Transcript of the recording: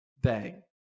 bang